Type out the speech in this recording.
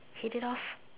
hit it off